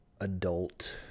adult